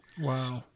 Wow